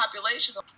populations